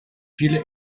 viele